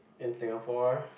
in Singapore